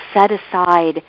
set-aside